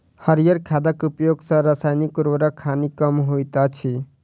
हरीयर खादक उपयोग सॅ रासायनिक उर्वरकक हानि कम होइत अछि